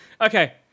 Okay